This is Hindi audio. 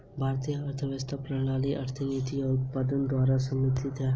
भारतीय अर्थव्यवस्था प्रणाली आर्थिक नीति और उत्पादकता द्वारा समर्थित हैं